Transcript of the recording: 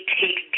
take